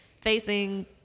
facing